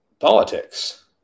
politics